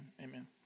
Amen